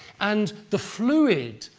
and the fluid,